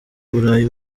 burayi